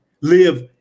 Live